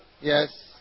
Yes